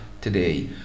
today